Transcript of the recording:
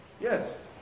Yes